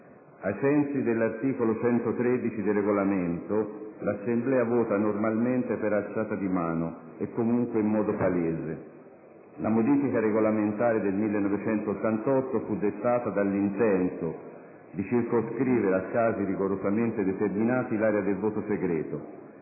Ai sensi dell'articolo 113 del Regolamento «l'Assemblea vota normalmente per alzata di mano» e comunque in modo palese. La modifica regolamentare del 1988 fu dettata dall'intento di «circoscrivere a casi rigorosamente determinati l'area del voto segreto»,